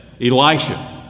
Elisha